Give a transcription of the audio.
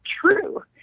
true